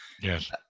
Yes